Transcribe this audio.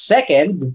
Second